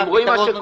בני, אתה רואה?